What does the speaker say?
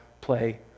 play